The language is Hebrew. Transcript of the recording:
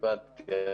בפרטיות כזו או אחרת.